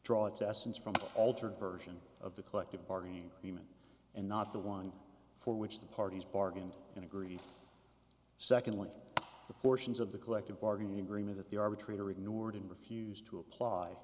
its essence from alternate version of the collective bargaining agreement and not the one for which the parties bargained and agreed secondly the portions of the collective bargaining agreement that the arbitrator ignored and refused to apply